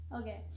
Okay